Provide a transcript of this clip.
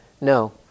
No